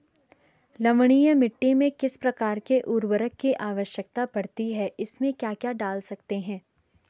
लवणीय मिट्टी में किस प्रकार के उर्वरक की आवश्यकता पड़ती है इसमें क्या डाल सकते हैं?